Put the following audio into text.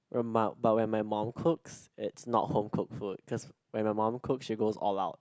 when my but when my mum cooks it's not home cooked food cause when my mum cooks she goes all out